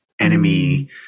enemy